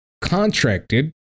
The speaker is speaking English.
contracted